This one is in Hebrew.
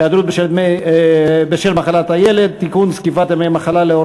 אני קובע כי הצעת החוק של חבר הכנסת אורי